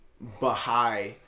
Baha'i